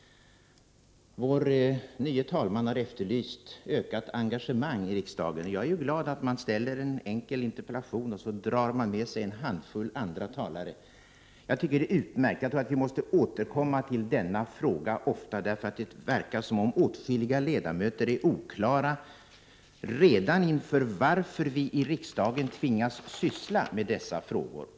Vår nye talman har efterlyst ökat engagemang i riksdagen. Jag är glad att när man ställer en enkel interpellation drar man med sig en handfull andra talare. Jag tycker att det är utmärkt. Jag tror att vi måste återkomma till denna fråga ofta. Det verkar som om åtskilliga ledamöter är oklara redan över varför vi i riksdagen tvingas syssla med dessa frågor.